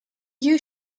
you